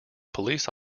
police